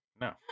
No